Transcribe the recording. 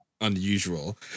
unusual